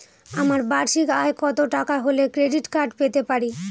আমার বার্ষিক আয় কত টাকা হলে ক্রেডিট কার্ড পেতে পারি?